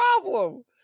problem